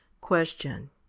Question